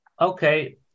Okay